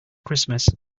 christmas